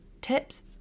tips